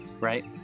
right